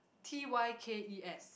t_y_k_e_s